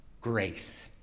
Grace